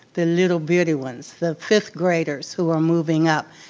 the little bitty ones, the fifth graders who are moving up,